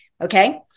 okay